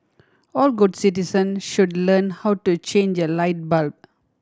all good citizen should learn how to change a light bulb